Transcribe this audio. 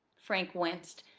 frank winced.